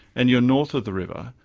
and you're north of the river,